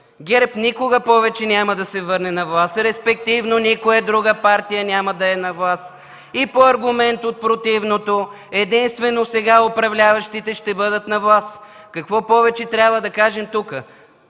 ГЕРБ никога повече няма да се върне на власт, респективно никоя друга партия няма да е на власт! И по аргумент от противното единствено сега управляващите ще бъдат на власт! Какво повече трябва да кажем тук?